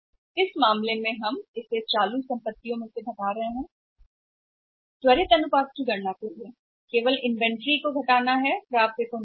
अब इस मामले में हम त्वरित अनुपात की गणना करते हुए इसे वर्तमान से घटा रहे हैं केवल इन्वेंट्री को घटाया जाता है न कि प्राप्य को